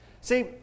See